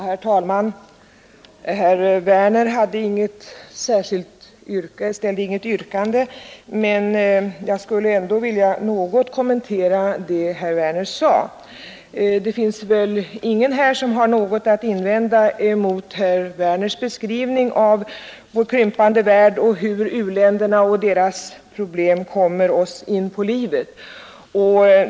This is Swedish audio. Herr talman! Herr Werner i Malmö ställde inget särskilt yrkande, men jag skulle ändå vilja något kommentera hans anförande. Ingen här har väl något att invända mot herr Werners beskrivning av vår krympande värld och hur u-länderna och deras problem kommer oss in på livet.